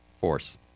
force